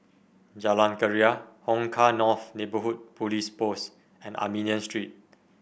Jalan Keria Hong Kah North Neighbourhood Police Post and Armenian Street